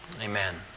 Amen